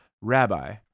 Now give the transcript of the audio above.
Rabbi